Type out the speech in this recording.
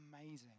amazing